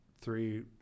three